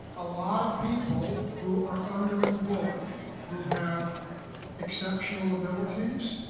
a lot of people who are underemployed who have exceptional ability ies